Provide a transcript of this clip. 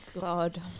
God